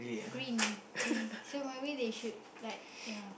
green green so maybe they should like yeah